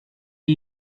are